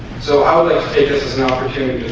so how they take us is an opportunity